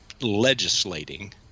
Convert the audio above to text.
legislating